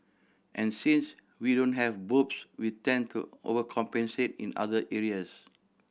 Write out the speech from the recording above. and since we don't have boobs we tend to overcompensate in other areas